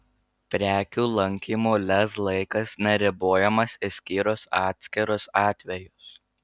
prekių laikymo lez laikas neribojamas išskyrus atskirus atvejus